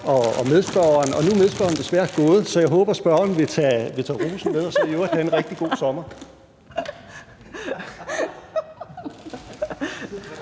og medspørgeren. Nu er medspørgeren desværre gået, så jeg håber, at spørgeren vil tage rosen med og så i øvrigt have en rigtig god sommer.